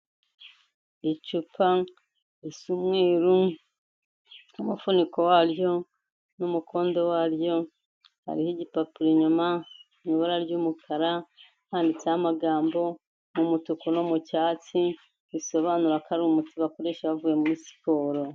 Icupa risa umweru n'umufuniko waryo, n'umukondo waryo, hariho igipapuro inyuma mu ibara ry'umukara, handitseho amagambo mu mutuku no mu cyatsi, bisobanura ko ari umuti bakoresha bavuye muri siporo.